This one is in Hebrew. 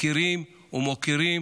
מכירים ומוקירים